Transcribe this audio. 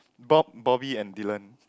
Bob Bobby and Dillon